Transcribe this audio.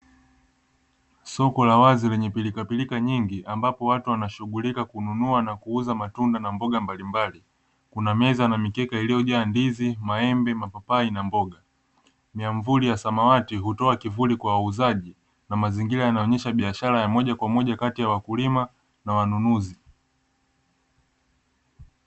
Soko la wazi lenye pirika pirika nyingi ambapo watu wanashughulika kununua na kuuza matunda na mboga mbalimbali kuna meza na mikeka iliyojaa ndizi, maembe, mapapai na mboga miamvuli ya samawati hutoa kivuli kwa wauzaji na mazingira yanaonyesha biashara ya moja kwa moja kati ya wakulima na wanunuzi.